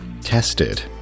tested